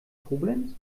koblenz